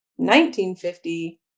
1950